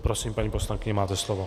Prosím, paní poslankyně, máte slovo.